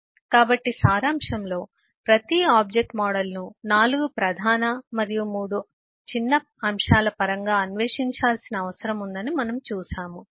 సమయం 0930 స్లైడ్ చూడండి కాబట్టి సారాంశంలో ప్రతి ఆబ్జెక్ట్ మోడల్ను 4 ప్రధాన మరియు 3 చిన్న అంశాల పరంగా అన్వేషించాల్సిన అవసరం ఉందని మనము చూశాము